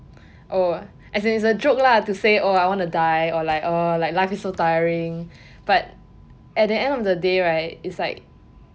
oh as in is a joke lah to say oh I want to die or like oh life is so tiring but at the end of the day right is like